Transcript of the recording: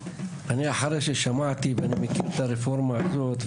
אני מכיר את הרפורמה הזאת,